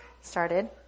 started